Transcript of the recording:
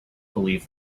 believe